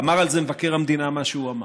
ואמר על זה מבקר המדינה מה שהוא אמר.